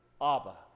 Abba